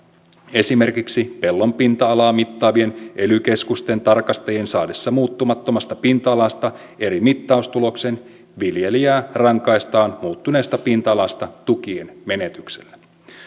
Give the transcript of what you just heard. esimerkiksi pellon pinta alaa mittaavien ely keskusten tarkastajien saadessa muuttumattomasta pinta alasta eri mittaustuloksen viljelijää rankaistaan muuttuneesta pinta alasta tukien menetyksellä